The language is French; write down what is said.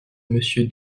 monsieur